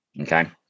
Okay